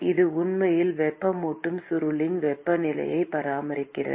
இது உண்மையில் வெப்பமூட்டும் சுருளின் வெப்பநிலையை பராமரிக்கிறது